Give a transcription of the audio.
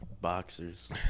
boxers